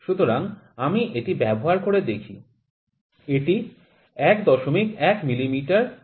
সুতরাং আমি এটি ব্যবহার করে দেখি এটি ১১ মিমি পিচের